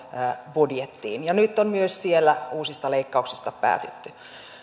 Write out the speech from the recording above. budjettiin ja nyt on myös siellä uusista leikkauksista päätetty